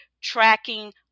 tracking